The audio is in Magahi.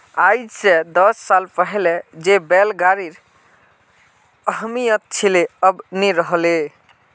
आइज स दस साल पहले जे बैल गाड़ीर अहमियत छिले अब नइ रह ले